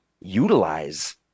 utilize